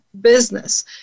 business